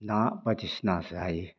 ना बायदिसिना जायो